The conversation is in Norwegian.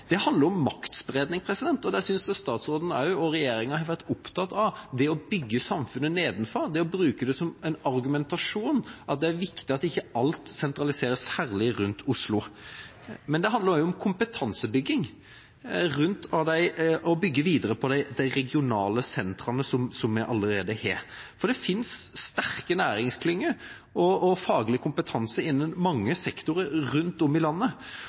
Det handler om maktspredning, og der synes jeg statsråden, og også regjeringen, har vært opptatt av å bygge samfunnet nedenfra, det å bruke som argumentasjon at det er viktig at ikke alt sentraliseres, særlig rundt Oslo. Men det handler også om kompetansebygging: å bygge videre på de regionale sentrene som vi allerede har. For det finnes sterke næringsklynger og faglig kompetanse innen mange sektorer rundt om i landet,